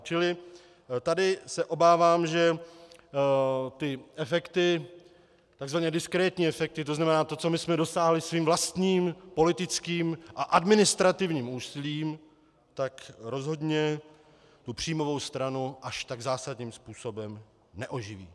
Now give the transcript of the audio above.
Čili tady se obávám, že efekty, takzvaně diskrétní efekty, to znamená to, co jsme dosáhli svým vlastním politickým a administrativním úsilím, tak rozhodně příjmovou stranu až tak zásadním způsobem neoživí.